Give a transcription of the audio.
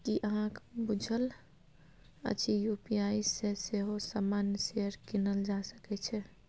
की अहाँक बुझल अछि यू.पी.आई सँ सेहो सामान्य शेयर कीनल जा सकैत छै?